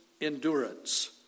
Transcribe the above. endurance